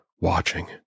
watching